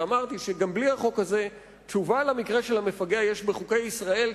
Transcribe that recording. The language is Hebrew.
ואמרתי שגם בלי החוק הזה תשובה למקרה של המפגע יש בחוקי ישראל,